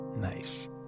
Nice